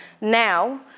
now